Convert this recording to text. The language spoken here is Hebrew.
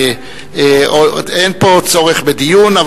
אין פה צורך בדיון,